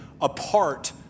apart